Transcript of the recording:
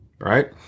Right